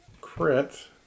crit